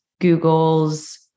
Google's